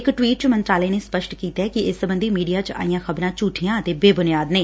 ਇਕ ਟਵੀਟ ਚ ਮੰਤਰਾਲੇ ਨੇ ਸਪੱਸ਼ਟ ਕੀਤੈ ਕਿ ਇਸ ਸਬੰਧੀ ਮੀਡੀਆ ਚ ਆਈਆਂ ਖ਼ਬਰਾਂ ਝੂਠੀਆਂ ਅਤੇ ਬੇਬੂਨਿਆਦ ਨੇ